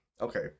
Okay